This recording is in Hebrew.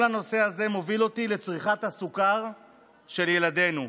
כל הנושא הזה מוביל אותי לצריכת הסוכר של ילדינו.